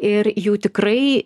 ir jų tikrai